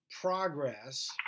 progress